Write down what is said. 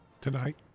Tonight